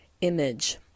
image